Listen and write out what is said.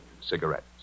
cigarettes